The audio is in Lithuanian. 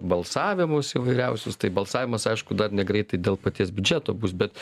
balsavimus įvairiausius tai balsavimas aišku dar negreitai dėl paties biudžeto bus bet